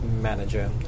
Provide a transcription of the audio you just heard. manager